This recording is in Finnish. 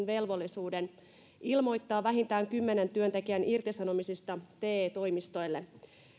velvollisuuden ilmoittaa vähintään kymmenen työntekijän irtisanomisista te toimistoille